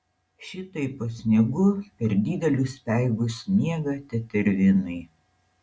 šitaip po sniegu per didelius speigus miega tetervinai